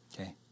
Okay